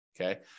Okay